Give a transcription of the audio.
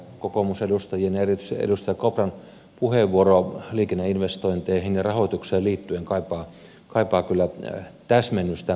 kokoomusedustajien ja erityisesti edustaja kopran puheenvuoro liikenneinvestointeihin ja rahoitukseen liittyen kaipaa kyllä täsmennystä